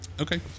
okay